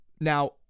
Now